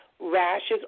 rashes